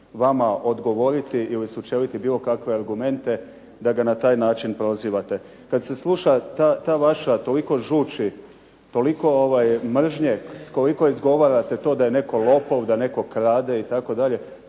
vama odgovoriti ili sučeliti bilo kakve argumente da ga na taj način prozivate. Kad se sluša ta vaša, toliko žuči, toliko mržnje s koliko izgovarate to da je netko lopov, da netko krade itd.,